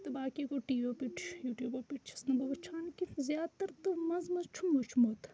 تہٕ باقٕے گوٚو ٹی وِیو پٮ۪ٹھ یوٹِیوبو پٮ۪ٹھ چھس نہٕ بہٕ وُچھان کیٚنٛہہ زیادٕ تَر تہٕ منٛزٕ منٛزٕ چھُم وُچھمُت